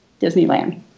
Disneyland